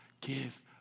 give